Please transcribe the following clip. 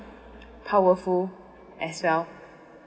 powerful as well